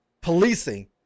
policing